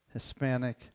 Hispanic